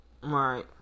Right